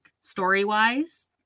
story-wise